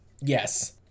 Yes